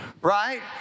Right